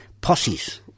posses